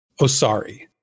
Osari